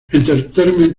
entertainment